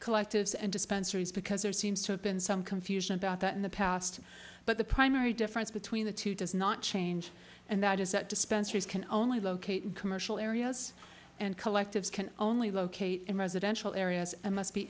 collectives and dispensaries because there seems to have been some confusion about that in the past but the primary difference between the two does not change and that is that dispensaries can only locate in commercial areas and collectives can only locate in residential areas and must be